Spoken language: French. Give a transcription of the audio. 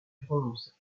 bronze